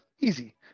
Easy